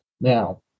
Now